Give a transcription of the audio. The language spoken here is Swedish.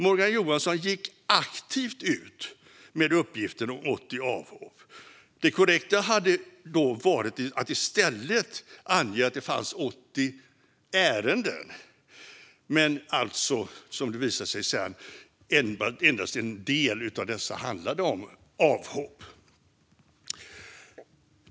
Morgan Johansson gick aktivt ut med uppgiften om 80 avhopp. Det korrekta hade varit att i stället ange att det fanns 80 ärenden men att endast en del av dessa handlade om avhopp.